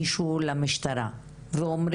ומעבר לחשד לעבירה פלילית